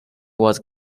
was